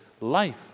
Life